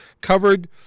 covered